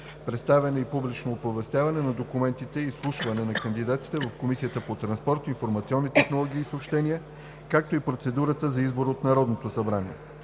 представяне и публично оповестяване на документите и изслушване на кандидатите в Комисията по транспорт, информационни технологии и съобщения, както и процедурата за избор от Народното събрание.